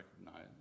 recognize